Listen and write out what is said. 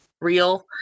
real